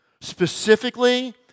specifically